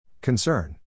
Concern